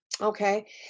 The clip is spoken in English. okay